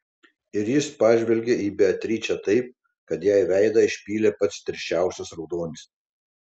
ir jis pažvelgė į beatričę taip kad jai veidą išpylė pats tirščiausias raudonis